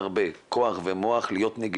מישהו פעם אמר את זה מ'העריסה ועד לאריזה'